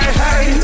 hey